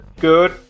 good